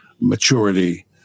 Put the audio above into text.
maturity